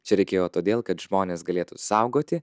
čia reikėjo todėl kad žmonės galėtų saugoti